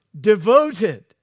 devoted